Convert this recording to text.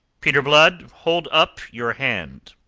peter blood, hold up your hand!